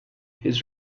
his